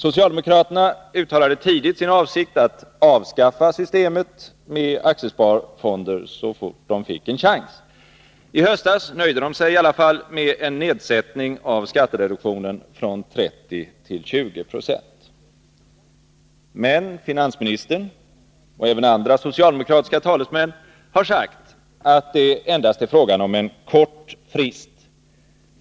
Socialdemokraterna uttalade tidigt sin avsikt att avskaffa systemet med aktiesparfonder så fort de fick en chans. I höstas nöjde de sig i alla fall med en nedsättning av skattereduktionen från 30 till 20 26. Men finansministern, och även andra socialdemokratiska talesmän, har sagt att det endast är fråga om en kort frist.